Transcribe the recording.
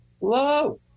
Love